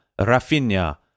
Rafinha